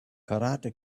karate